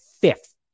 fifth